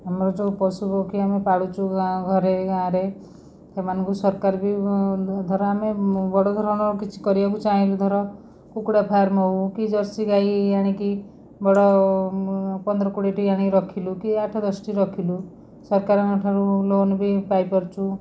ଆମର ଯେଉଁ ପଶୁପକ୍ଷୀ ଆମେ ପାଳୁଛୁ ଘରେ ଗାଁରେ ସେମାନଙ୍କୁ ସରକାର ବି ଧର ଆମେ ବଡ଼ ଧରଣର କିଛି କରିବାକୁ ଚାହିଁଲୁ ଧର କୁକୁଡ଼ା ଫାର୍ମ ହେଉ କି ଜର୍ସିଗାଈ ଆଣିକି ବଡ଼ ପନ୍ଦର କୋଡ଼ିଏଟି ଆଣି ରଖିଲୁ କି ଆଠଦଶଟି ରଖିଲୁ ସରକାରଙ୍କ ଠାରୁ ଲୋନ୍ ବି ପାଇପାରୁଛୁ